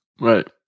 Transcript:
Right